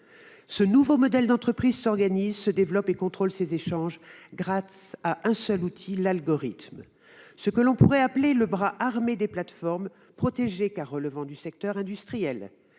Ce nouveau modèle d'entreprise s'organise, se développe et contrôle ses échanges grâce à un seul outil : l'algorithme. Celui-ci, qu'on pourrait appeler le bras armé des plateformes, protégé, car relevant du secret industriel,